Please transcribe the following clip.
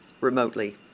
remotely